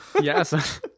Yes